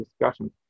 discussions